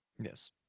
Yes